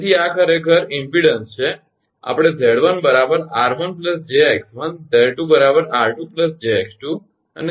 તેથી આ ખરેખર અવરોધઇમપેડન્સ છે આપણે 𝑍1 𝑟1 𝑗𝑥1 𝑍2 𝑟2 𝑗𝑥2 અને તેથી વધુ મૂકીએ છીએ